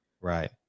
Right